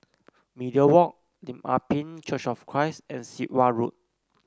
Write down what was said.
Media Walk Lim Ah Pin Church of Christ and Sit Wah Road